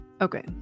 Okay